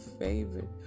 favorite